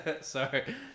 Sorry